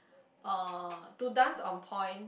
uh to dance on point